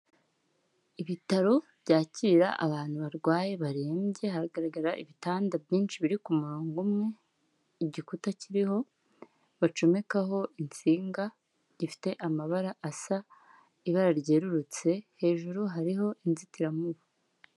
Ibitaro byakira abantu barwaye barembye, haragaragara ibitanda byinshi biri ku murongo umwe, igikuta kiriho bacomekaho insinga gifite amabara asa ibara ryerurutse hejuru hariho inzitiramubu.